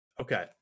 Okay